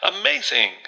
Amazing